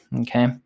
okay